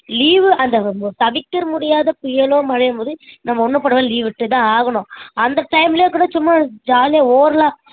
leave அந்த தவிர்க்க முடியாத புயலோ மழையோ இன்னும் போது நம்ம ஒன்றும் பண்ண லீவ் விட்டு தான் ஆகணும் அந்த டைம்லையே கூட சும்மா ஜாலியாக ஓரலாக